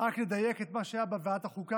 רק לדייק את מה שהיה בוועדת החוקה,